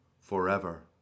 forever